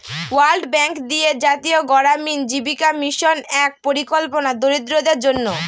world bank দিয়ে জাতীয় গড়ামিন জীবিকা মিশন এক পরিকল্পনা দরিদ্রদের জন্য